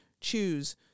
choose